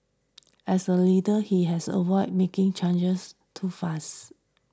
as the leader he has avoid making changes too fast